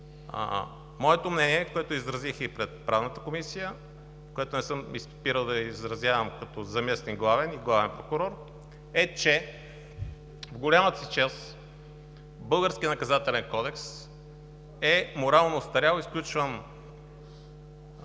Моето мнение, което изразих и пред Правната комисия, което не съм спирал да изразявам като заместник главен и главен прокурор, е, че в голямата си част българският Наказателен кодекс е морално остарял. Изключвам